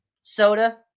Soda